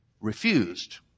refused